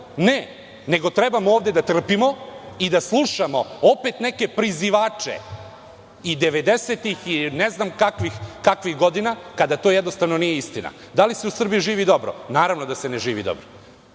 Ne, nego treba ovde da trpimo i da slušamo opet neke prizivače iz devedesetih i ne znam kakvih godina, kada to jednostavno nije istina. Da li se u Srbiji živi dobro? Naravno da se ne živi dobro.